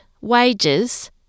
wages